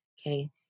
okay